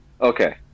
Okay